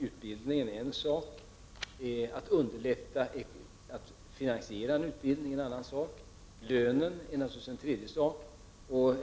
Utbildningen är naturligtvis en faktor, finansieringen av utbildningen en annan och lönen en tredje.